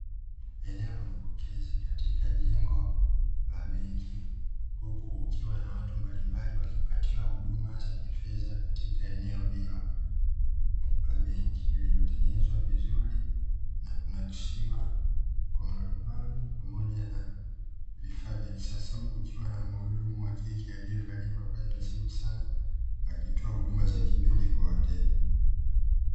Eneo la mapokezi katika jengo la benki huku kukiwa na watu mbalimbali wakipatiwa huduma za kifedha katika eneo hilo la benki. Lililotengenezwa vizuri na kunakshiwa kwa marumaru pamoja na vifaa vya kisasa huku kukiwa na muhudumu wa kike aliyevalia mavazi nadhifu sana akitoa huduma za kibenki kwa wateja.